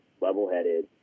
level-headed